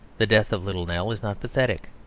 the death of little nell is not pathetic.